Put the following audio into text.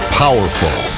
powerful